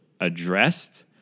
addressed